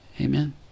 Amen